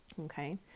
Okay